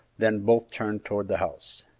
then both turned towards the house.